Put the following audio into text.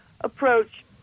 approach